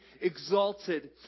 exalted